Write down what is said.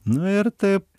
nu ir taip